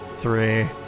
three